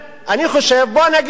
בוא אני אגיד לך,